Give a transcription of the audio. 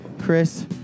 chris